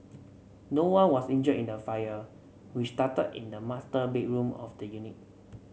no one was injured in the fire which started in the master bedroom of the unit